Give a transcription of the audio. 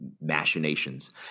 machinations